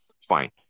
Fine